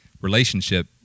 relationship